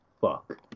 fuck